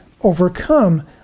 overcome